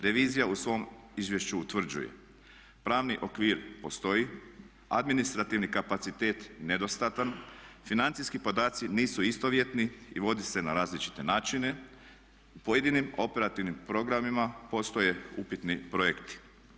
Revizija u svom izvješću utvrđuje pravni okvir postoji, administrativni kapacitet nedostatan, financijski podaci nisu istovjetni i vodi se na različite načine, u pojedinim operativnim programima postoje upitni projekti.